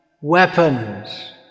weapons